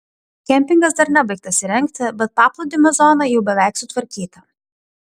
kempingas dar nebaigtas įrengti bet paplūdimio zona jau beveik sutvarkyta